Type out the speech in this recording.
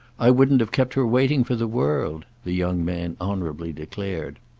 i wouldn't have kept her waiting for the world, the young man honourably declared.